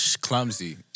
Clumsy